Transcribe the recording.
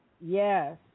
Yes